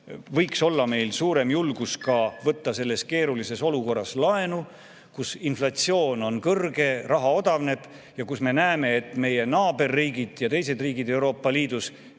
võiks olla meil rohkem julgust võtta selles keerulises olukorras ka laenu, sest inflatsioon on kõrge, raha odavneb ja me näeme, et meie naaberriigid ja teised riigid Euroopa Liidus